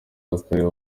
w’akarere